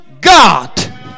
God